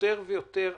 יותר ויותר אנשים,